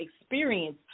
experience